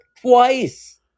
twice